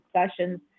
discussions